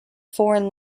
foreign